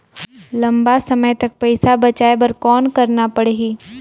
लंबा समय तक पइसा बचाये बर कौन करना पड़ही?